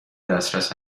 دسترس